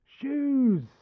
Shoes